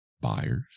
Buyers